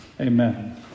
Amen